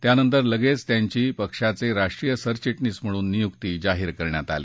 त्यानंतर लगेच त्यांची पक्षाचे राष्ट्रीय सरचिटणीस म्हणून नियुक्ती जाहीर करण्यात आली